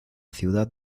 ciudad